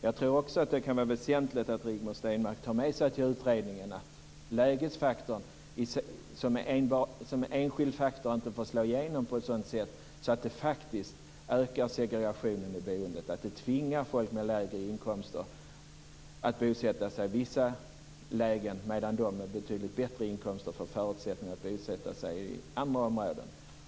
Jag tror också att det kan vara väsentligt att Rigmor Stenmark tar med sig till utredningen att lägesfaktorn som enskild faktor inte får slå igenom på ett sådant sätt att det faktiskt ökar segregationen i boendet, att det tvingar människor med lägre inkomster att bosätta sig i vissa områden medan de med betydligt bättre inkomster får förutsättningar att bosätta sig i andra områden.